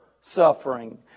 suffering